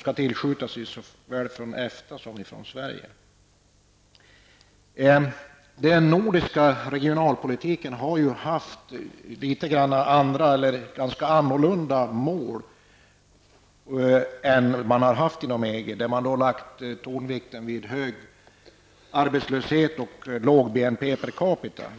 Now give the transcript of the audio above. skall tillskjutas från såväl EFTA som Sverige. Den nordiska regionalpolitiken har ju haft ganska annorlunda mål än man har haft inom EG, där man har lagt tonvikten vid hög arbetslöshet och låg BNP per capita.